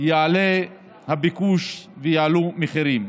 יעלה את הביקוש, והמחירים יעלו.